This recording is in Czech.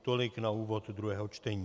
Tolik na úvod druhého čtení.